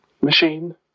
machine